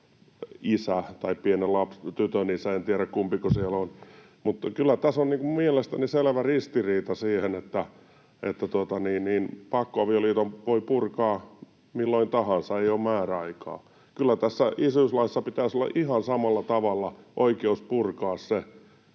isä tai pienen tytön isä — en tiedä, kumpiko siellä on. Kyllä tässä on mielestäni selvä ristiriita, että pakkoavioliiton voi purkaa milloin tahansa, ei ole määräaikaa. Kyllä tässä isyyslaissa pitäisi olla ihan samalla tavalla oikeus purkaa se,